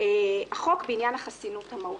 החוק בעניין החסינות המהותית.